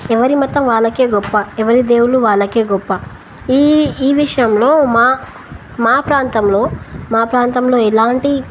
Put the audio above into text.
ఎవరి మత్తం వాళ్ళకే గొప్ప ఎవరి దేవుళ్ళ వాళ్ళకే గొప్ప ఈ ఈ విషయంలో మా మా ప్రాంతంలో మా ప్రాంతంలో ఎలాంటి